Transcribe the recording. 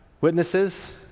witnesses